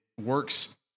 works